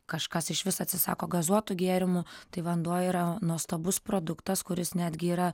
kažkas išvis atsisako gazuotų gėrimų tai vanduo yra nuostabus produktas kuris netgi yra